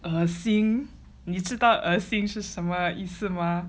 恶心你知道恶心是什么意思吗